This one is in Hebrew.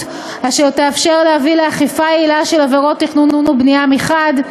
אשר יאפשר להביא לאכיפה יעילה בתחום עבירות תכנון ובנייה מחד,